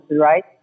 right